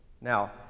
Now